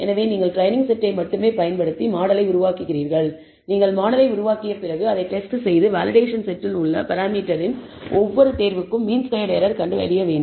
எனவே நீங்கள் ட்ரெய்னிங் செட்டை மட்டுமே பயன்படுத்தி மாடலை உருவாக்குகிறீர்கள் நீங்கள் மாடலை உருவாக்கிய பிறகு அதை டெஸ்ட் செய்து வேலிடேஷன் செட்டில் உள்ள பராமீட்டரின் ஒவ்வொரு தேர்வுக்கும் மீன் ஸ்கொயர்ட் எரர் கண்டறிய வேண்டும்